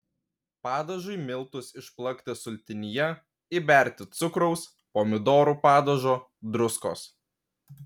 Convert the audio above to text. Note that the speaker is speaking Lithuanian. padažui miltus išplakti sultinyje įberti cukraus pomidorų padažo druskos